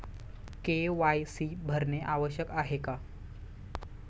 KYC भरणे आवश्यक आहे का?